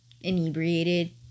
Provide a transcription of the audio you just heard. inebriated